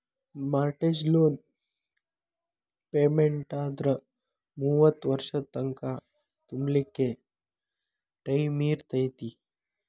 mortgage loan ಪೆಮೆನ್ಟಾದ್ರ ಮೂವತ್ತ್ ವರ್ಷದ್ ತಂಕಾ ತುಂಬ್ಲಿಕ್ಕೆ ಟೈಮಿರ್ತೇತಿ